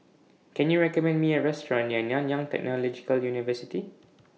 Can YOU recommend Me A Restaurant near Nanyang Technological University